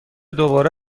دوباره